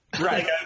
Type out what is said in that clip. Right